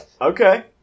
Okay